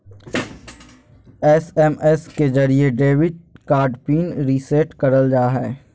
SMS के जरिये debit card pin reset करल जा हय